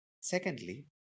Secondly